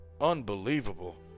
Unbelievable